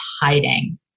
hiding